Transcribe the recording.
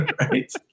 Right